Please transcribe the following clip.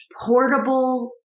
portable